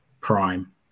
Prime